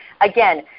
Again